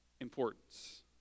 importance